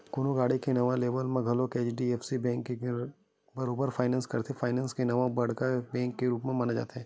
कोनो गाड़ी के नवा लेवब म घलोक एच.डी.एफ.सी बेंक ह बरोबर फायनेंस करथे, फायनेंस के नांव म बड़का बेंक के रुप माने जाथे